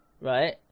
right